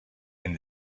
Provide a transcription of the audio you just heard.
and